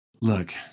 Look